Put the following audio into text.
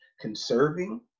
Conserving